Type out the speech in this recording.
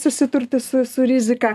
susidurti su su rizika